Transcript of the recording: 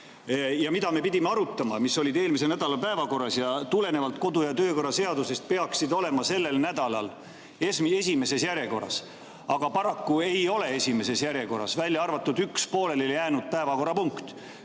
ja mida me pidime arutama, mis olid eelmise nädala päevakorras. Tulenevalt kodu- ja töökorra seadusest peaksid need olema sellel nädalal esimeses järjekorras, aga paraku ei ole esimeses järjekorras, välja arvatud üks pooleli jäänud päevakorrapunkt.